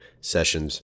sessions